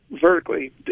vertically